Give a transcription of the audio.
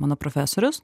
mano profesorius